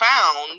found